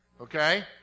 Okay